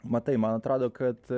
matai man atrodo kad